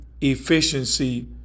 efficiency